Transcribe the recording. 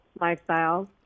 lifestyles